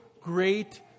great